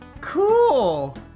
cool